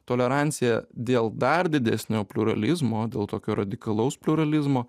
tolerancija dėl dar didesnio pliuralizmo dėl tokio radikalaus pliuralizmo